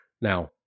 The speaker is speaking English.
Now